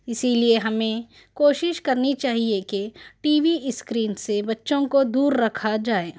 اسی لئے ہمیں کوشش کرنی چاہیے کہ ٹی وی اسکرین سے بچوں کو دور رکھا جائے